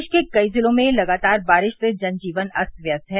प्रदेश के कई जिलों में लगातार बारिश से जन जीवन अस्त व्यस्त है